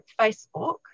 Facebook